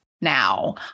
Now